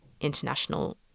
international